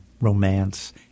romance